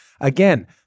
Again